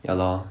ya lor